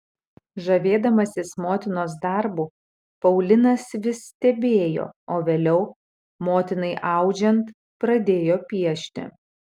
žavėdamasis motinos darbu paulinas vis stebėjo o vėliau motinai audžiant pradėjo piešti